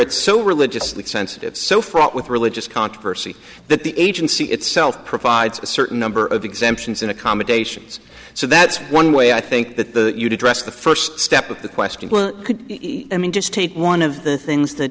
it's so religiously sensitive so fraught with religious controversy that the agency itself provides a certain number of exemptions in accommodations so that's one way i think that the you dress the first step with the question could i mean to state one of the things that